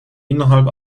innerhalb